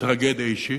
טרגדיה אישית,